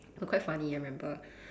but quite funny I remember